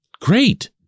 great